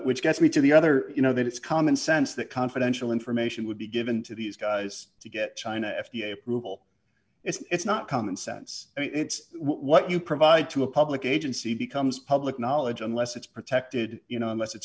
which gets me to the other you know that it's common sense that confidential information would be given to these guys to get china f d a approval it's not common sense and it's what you provide to a public agency becomes public knowledge unless it's protected you know unless it's